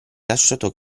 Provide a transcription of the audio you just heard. lasciato